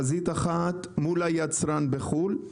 חזית אחת היא מול היצרן בחו"ל,